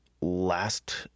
last